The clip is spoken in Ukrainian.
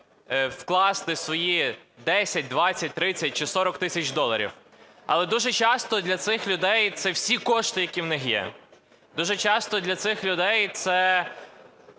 вкласти свої 10, 20, 30 чи 40 тисяч доларів. Але дуже часто для цих людей це всі кошти, які в них є. Дуже часто для цих людей це